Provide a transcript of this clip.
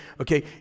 okay